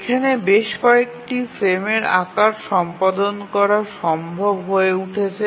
এখানে বেশ কয়েকটি ফ্রেমের আকার সম্পাদন করা সম্ভব হয়ে উঠছে